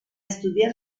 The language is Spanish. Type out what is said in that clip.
estudiar